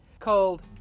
called